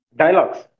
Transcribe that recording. dialogues